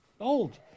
old